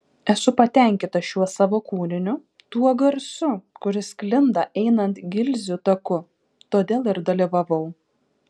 esu patenkinta šiuo savo kūriniu tuo garsu kuris sklinda einant gilzių taku todėl ir dalyvavau